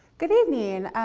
good evening.